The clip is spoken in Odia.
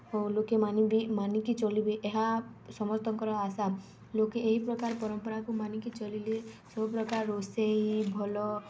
ଓ ଲୋକେ ମାନିବି ମାନିକି ଚଳିବେ ଏହା ସମସ୍ତଙ୍କର ଆଶା ଲୋକେ ଏହି ପ୍ରକାର ପରମ୍ପରାକୁ ମାନିକି ଚଲିଲେ ସବୁପ୍ରକାର ରୋଷେଇ ଭଲ